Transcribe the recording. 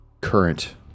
current